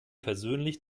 persönlich